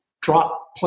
drop